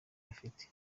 afite